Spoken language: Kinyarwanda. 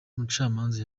umucamanza